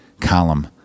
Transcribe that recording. column